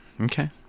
Okay